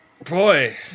boy